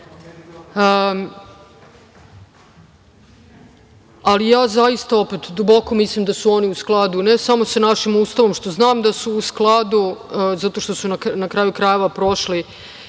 zakona. Zaista, opet, duboko mislim da su oni u skladu ne samo sa našim Ustavom, što znam da su u skladu, zato što su na kraju krajeva prošli